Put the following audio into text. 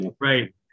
right